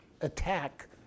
attack